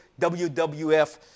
WWF